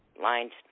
lines